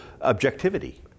objectivity